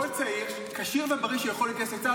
כל צעיר כשיר ובריא שיכול להתגייס לצה"ל